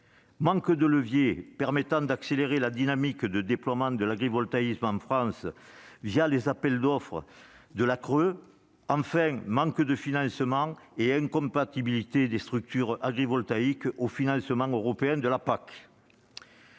manque de leviers permettant d'accélérer la dynamique de déploiement de l'agrivoltaïsme en France les appels d'offres de la CRE ; enfin, manque de financements et incompatibilité des structures agrivoltaïques avec les financements européens de la PAC.